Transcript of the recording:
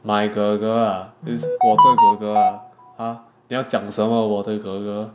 my girl girl ah is 我的 girl girl ah !huh! 你要讲什么我的 girl girl